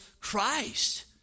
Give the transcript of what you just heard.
Christ